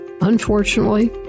Unfortunately